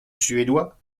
suédois